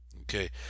Okay